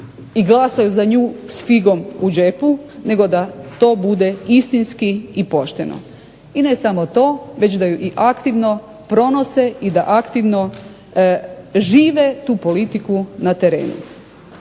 i glasaju za nju s figom u džepu nego da to bude istinski i pošteno. I ne samo to, već da ju i aktivno pronose i da aktivno žive tu politiku na terenu.